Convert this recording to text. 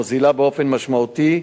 מוזילה באופן משמעותי,